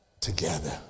together